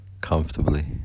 comfortably